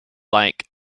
like